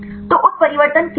तो उत्परिवर्तन क्या है